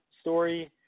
story